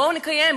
בואו נקיים,